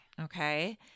okay